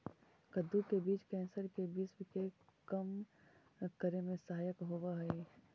कद्दू के बीज कैंसर के विश्व के कम करे में सहायक होवऽ हइ